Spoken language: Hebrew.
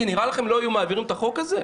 נראה לכם שלא היו מעבירים את החוק הזה?